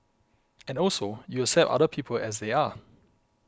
and also you accept other people as they are